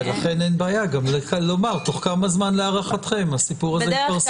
ולכן אין בעיה לומר תוך כמה זמן להערכתם הסיפור הזה התפרסם.